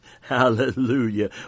Hallelujah